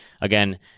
Again